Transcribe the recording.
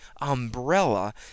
umbrella